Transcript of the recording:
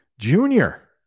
junior